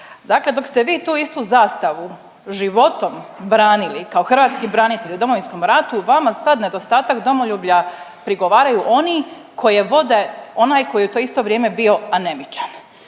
Dakle, dok ste vi tu istu zastavu životom branili kao hrvatski branitelj u Domovinskom ratu vama sad nedostatak domoljublja prigovaraju oni koje vode onaj koji je u to isto vrijeme bio anemičan.